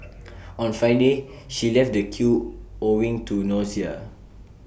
on Friday she left the queue owing to nausea